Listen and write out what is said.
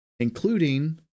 including